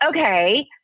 okay